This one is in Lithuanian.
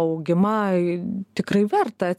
augimą tikrai verta